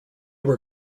were